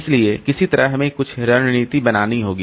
इसलिए किसी तरह हमें कुछ रणनीति बनानी होगी